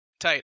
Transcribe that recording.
tight